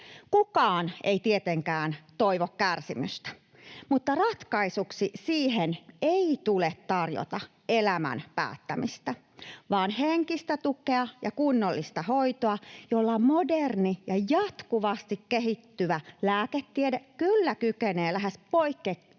Kukaan ei tietenkään toivo kärsimystä, mutta ratkaisuksi siihen ei tule tarjota elämän päättämistä, vaan henkistä tukea ja kunnollista hoitoa, jolla moderni ja jatkuvasti kehittyvä lääketiede kyllä kykenee lähes poikkeuksetta